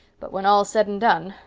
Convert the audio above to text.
but when all's said and done,